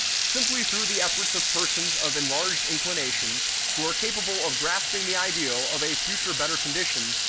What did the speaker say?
simply through the efforts of persons of enlarged inclinations, who are capable of grasping the ideal of a future better condition,